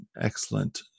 excellent